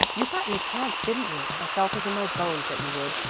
you got your chance, didn't you? i felt it in my bones that you would.